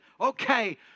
okay